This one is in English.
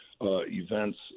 events